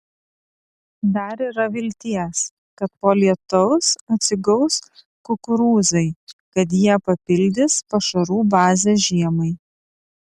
dar yra vilties kad po lietaus atsigaus kukurūzai kad jie papildys pašarų bazę žiemai